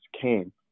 came